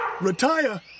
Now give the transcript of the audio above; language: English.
Retire